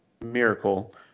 miracle